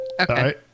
Okay